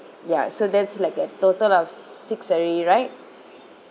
ya so that's like a total of six already right